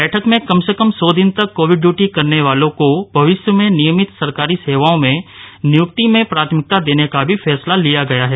बैठक में कम से कम सौ दिन तक कोविड डयूटी करने वालों को भविष्य में नियमित सरकारी सेवाओं में नियुक्ति में प्राथमिकता देने का भी फैसला लिया गया है